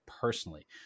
personally